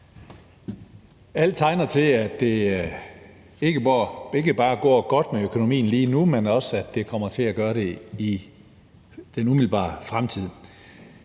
Alt tegner til, at det ikke bare går godt med økonomien lige nu, men at det også kommer til at gøre det i den umiddelbare fremtid.